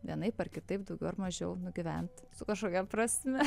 vienaip ar kitaip daugiau ar mažiau nugyvent su kažkokia prasme